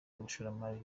abashoramari